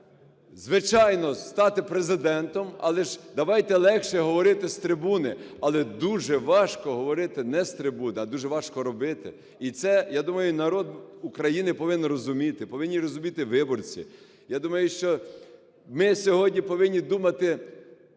звичайно, стати Президентом, але ж давайте легше говорити з трибуни. Але дуже важко говорити не з трибуни, а дуже важко робити. І це, я думаю, народ України повинен розуміти, повинні розуміти виборці. Я думаю, що ми сьогодні повинні думати,